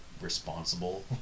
responsible